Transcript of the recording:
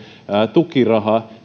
tukiraha